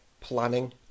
planning